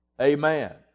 Amen